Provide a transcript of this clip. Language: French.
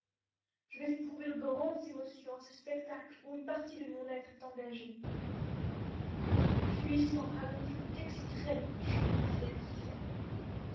je vais éprouver de grandes émotions à ce spectacle où une partie de mon être est engagée puissant dragon je t'exciterai de mes cris s'il est nécessaire